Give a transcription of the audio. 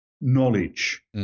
knowledge